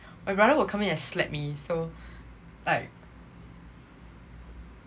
my brother will come in and slap me so like